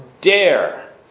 dare